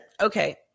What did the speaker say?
okay